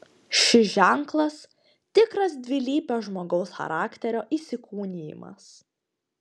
šis ženklas tikras dvilypio žmogaus charakterio įsikūnijimas